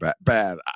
bad